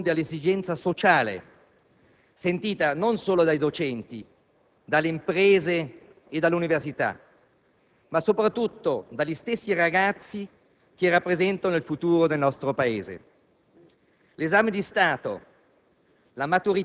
Con questa riforma, infatti, si risponde a un'esigenza sociale, sentita non solo dai docenti, dalle imprese e dall'università, ma soprattutto dagli stessi ragazzi, che rappresentano il futuro del nostro Paese.